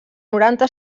noranta